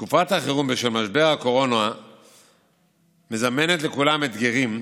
תקופת החירום בשל משבר הקורונה מזמנת לכולם אתגרים,